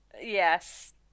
Yes